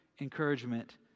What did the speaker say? encouragement